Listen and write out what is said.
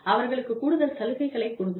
அவர்களுக்குக் கூடுதல் சலுகைகளைக் கொடுங்கள்